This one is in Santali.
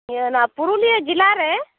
ᱱᱤᱭᱟᱹ ᱱᱚᱣᱟ ᱯᱩᱨᱩᱞᱤᱭᱟᱹ ᱡᱮᱞᱟ ᱨᱮ